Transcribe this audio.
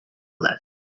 less